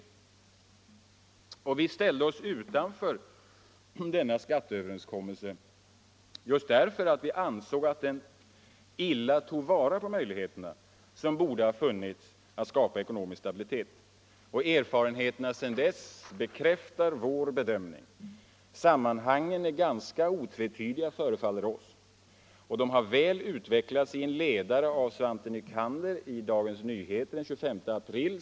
Vi moderater ställde oss utanför denna skatteöverenskommelse därför att vi ansåg att den illa tog vara på de möjligheter som borde ha funnits för att skapa ekonomisk stabilitet. Erfarenheterna sedan dess bekräftar vår bedömning. Sammanhangen är ganska otvetydiga, förefaller det oss, och de har utvecklats väl i en ledare av Svante Nycander i Dagens Nyheter den 25 april.